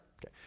Okay